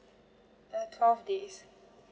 uh twelve days